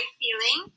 feeling